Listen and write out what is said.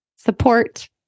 Support